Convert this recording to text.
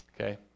Okay